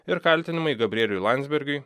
ir kaltinimai gabrieliui landsbergiui